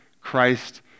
Christ